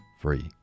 free